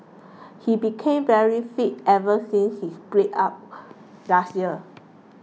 he became very fit ever since his breakup last year